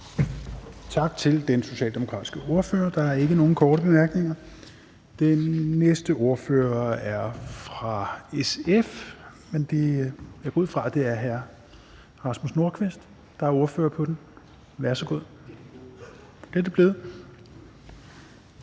Tak til den socialdemokratiske ordfører. Der er ikke nogen korte bemærkninger. Den næste ordfører er fra SF, og jeg går ud fra, at det er hr. Rasmus Nordqvist. Værsgo. Kl.